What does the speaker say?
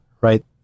right